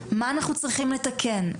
מה אנחנו צריכים לתקן?